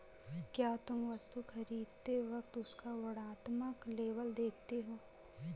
क्या तुम वस्तु खरीदते वक्त उसका वर्णात्मक लेबल देखते हो?